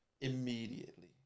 immediately